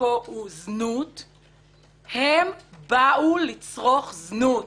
עיסוקו הוא זנות באו לצרוך זנות.